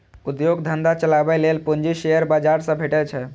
उद्योग धंधा चलाबै लेल पूंजी शेयर बाजार सं भेटै छै